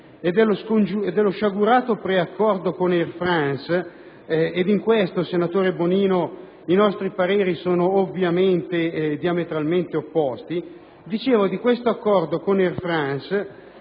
e dello sciagurato preaccordo con Air France. In questo, senatrice Bonino, i nostri pareri sono, ovviamente, diametralmente opposti. Peraltro, questo accordo con Air France